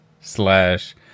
slash